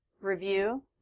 review